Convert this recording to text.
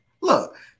Look